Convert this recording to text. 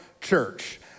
Church